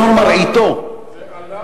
צאן מרעיתו, זה עלה